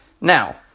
Now